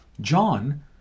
John